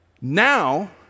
Now